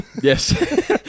Yes